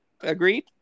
Agreed